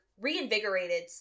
reinvigorated